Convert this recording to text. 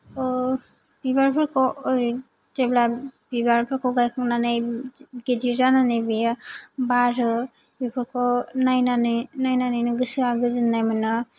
बिबारफोरखौ ओरै जेब्ला बिबारफोरखौ गायखांनानै गिदिर जानानै बेयो बारो बेफोरखौ नायनानै नायनानैनो गोसोआ गोजोन्नाय मोनो